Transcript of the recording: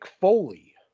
Foley